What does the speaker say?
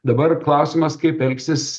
dabar klausimas kaip elgsis